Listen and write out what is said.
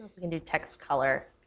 we can do text color.